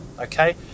okay